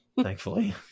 thankfully